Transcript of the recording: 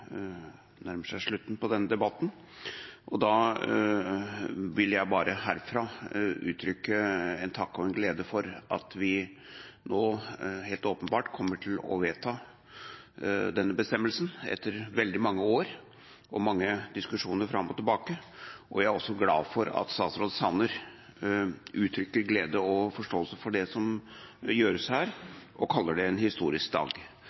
nærmer seg slutten på denne debatten. Jeg vil herfra uttrykke en takk for og en glede over at vi helt åpenbart kommer til å vedta denne bestemmelsen, etter veldig mange år og mange diskusjoner fram og tilbake. Jeg er også glad for at statsråd Sanner uttrykte glede over og forståelse for det som gjøres her, og kaller dette en historisk dag.